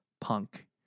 punk